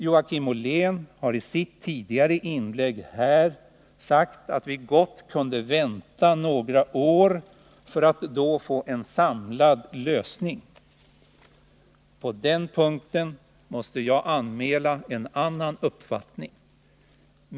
Joakim Ollén har i sitt tidigare inlägg här sagt att vi gott kunde vänta några år för att då få en samlad lösning. På den punkten måste jag anmäla en annan uppfattning.